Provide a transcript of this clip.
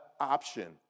option